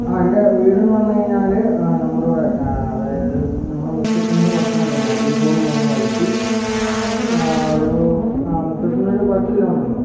ആ എൻ്റെ വീടെന്ന് പറഞ്ഞ് കഴിഞ്ഞാല് നമ്മടിവിടെ അതായത് നമ്മുടെ മുക്കത്ത് നിന്ന് കുറച്ചിങ്ങോട്ട് വരണം അരീക്കോട് പോകുന്ന വഴിക്ക് ഒരു മുക്കത്ത്ന്ന് ഒരു പത്ത് കിലോമീറ്ററുണ്ടാവും